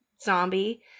zombie